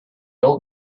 old